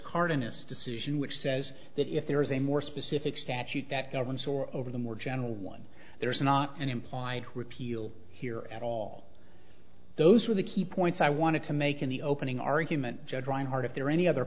its decision which says that if there is a more specific statute that governs or over the more general one there's not an implied repeal here at all those were the key points i wanted to make in the opening argument judge reinhart if there are any other